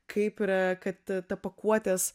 kaip yra kad ta pakuotės